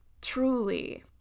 Truly